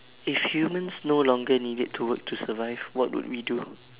if humans no longer needed to work to survive what would we do